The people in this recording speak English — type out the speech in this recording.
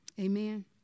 Amen